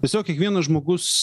tiesiog kiekvienas žmogus